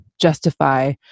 justify